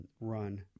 Run